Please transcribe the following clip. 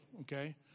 Okay